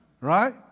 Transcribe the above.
right